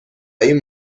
این